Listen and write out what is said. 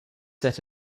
set